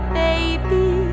baby